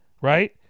right